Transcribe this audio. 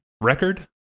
record